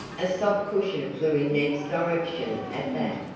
a sofa cushion flew in ned's direction at that,